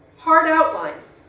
hard outlines.